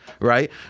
right